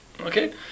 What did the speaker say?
Okay